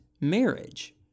marriage